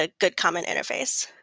ah good common interface.